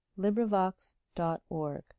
LibriVox.org